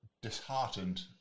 disheartened